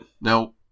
Now